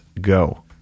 go